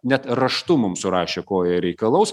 net raštu mums surašė ko jie reikalaus